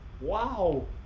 Wow